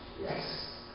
Yes